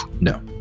No